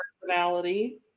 personality